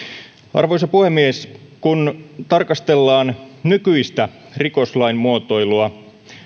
arvoisa puhemies kun tarkastellaan nykyistä rikoslain muotoilua